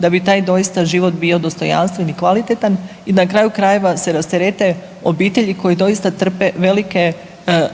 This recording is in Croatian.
da bi taj doista život bio dostojanstven i kvalitetan i na kraju krajeva, se rasterete obitelji koje doista trpe velike,